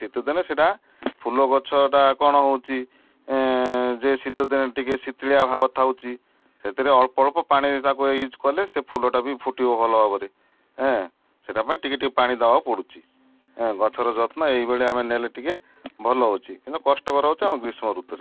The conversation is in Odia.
ଶୀତଦିନେ ସେଟା ଫୁଲ ଗଛଟା କ'ଣ ହେଉଛି ଯେ ଶୀତଦିନେ ଟିକେ ଶୀତଳିଆ ଭାବ ଥାଉଛି ସେଥିରେ ଅଳ୍ପ ଅଳ୍ପ ପାଣି ତାକୁ ୟୁଜ୍ କଲେ ସେ ଫୁଲଟା ବି ଫୁଟିବ ଭଲ ଭାବରେ ସେଟା ପାଇଁ ଟିକେ ଟିକେ ପାଣି ଦେବାକୁ ପଡ଼ୁଛି ଗଛର ଯତ୍ନ ଏଇଭଳି ଆମେ ନେଲେ ଟିକେ ଭଲ ହେଉଛି କିନ୍ତୁ କଷ୍ଟକର ହେଉଛି ଆମେ ଗ୍ରୀଷ୍ମ ଋତୁରେ